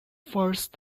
first